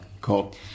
Cool